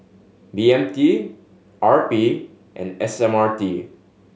B M T R P and S M R T